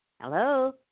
hello